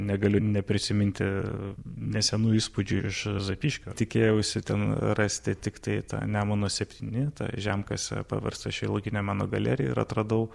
negaliu neprisiminti nesenų įspūdžių iš zapyškio tikėjausi ten rasti tiktai tą nemuno septyni žemkasė paversta šiuolaikinio meno galerija ir atradau